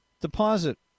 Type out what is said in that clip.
deposit